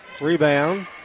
Rebound